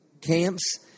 Camps